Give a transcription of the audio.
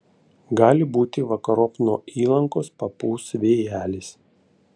gali būti vakarop nuo įlankos papūs vėjelis